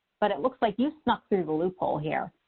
but it looks like you snuck through the loophole here.